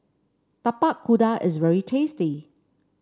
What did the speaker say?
Tapak Kuda is very tasty